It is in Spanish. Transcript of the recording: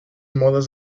modas